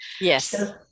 Yes